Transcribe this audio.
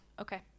okay